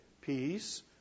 peace